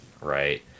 right